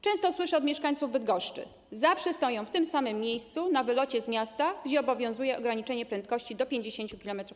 Często słyszę od mieszkańców Bydgoszczy: zawsze stoją w tym samym miejscu, na wylocie z miasta, gdzie obowiązuje ograniczenie prędkości do 50 km/h.